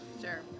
Sure